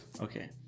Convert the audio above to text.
Okay